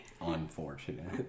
unfortunate